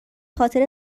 خاطر